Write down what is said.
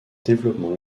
développement